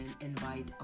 invite